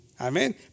Amen